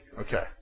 okay